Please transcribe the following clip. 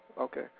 Okay